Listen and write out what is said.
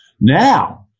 Now